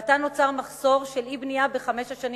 ועתה נוצר מחסור מאי-בנייה בחמש השנים